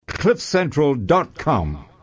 cliffcentral.com